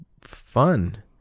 fun